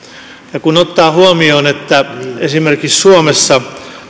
ja kun ottaa huomioon että esimerkiksi suomessa